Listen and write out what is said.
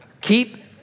Keep